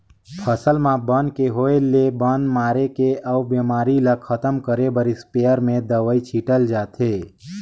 फसल म बन के होय ले बन मारे के अउ बेमारी ल खतम करे बर इस्पेयर में दवई छिटल जाथे